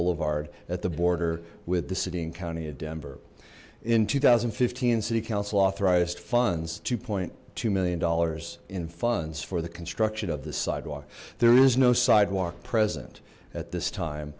boulevard at the border with the city and county of denver in two thousand and fifteen city council authorized funds two two million dollars in funds for the construction of this sidewalk there is no sidewalk present at this time